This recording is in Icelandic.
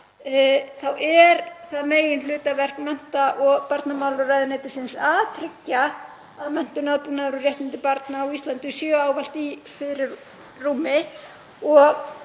þá er það meginhlutverk mennta- og barnamálaráðuneytisins að tryggja að menntun, aðbúnaður og réttindi barna á Íslandi séu ávallt í fyrirrúmi